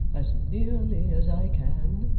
as nearly as i can,